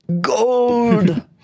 gold